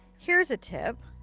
here's a tip.